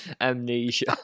amnesia